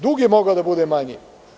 Dug je mogao da bude manji.